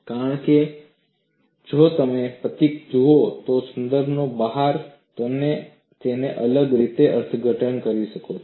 કારણ કે જો તમે પ્રતીકને જુઓ સંદર્ભની બહાર તમે તેને અલગ રીતે અર્થઘટન કરી શકો છો